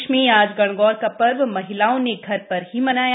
प्रदेश में आज गणगौर का पर्व महिलाओं ने घर पर ही मनाया